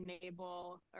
enable